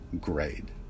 grade